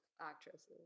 actresses